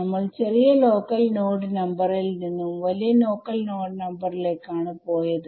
നമ്മൾ ചെറിയ local node number ൽ നിന്നും വലിയ ലോക്കൽ നോഡ് നമ്പർ ലേക്ക് ആണ് പോയത്